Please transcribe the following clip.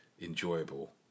enjoyable